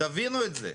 תבינו את זה.